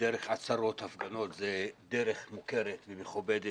דרך עצרות, הפגנות זו דרך מוכרת ומכובדת